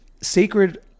sacred